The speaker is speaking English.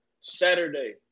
Saturday